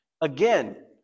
Again